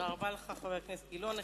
תודה רבה לך, חבר הכנסת גילאון.